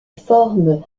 forme